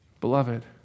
Beloved